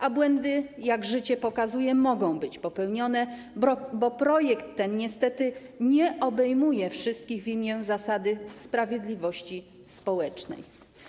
A błędy, jak pokazuje życie, mogą być popełnione, bo projekt ten niestety nie obejmuje wszystkich w imię zasady sprawiedliwości społecznej.